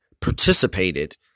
participated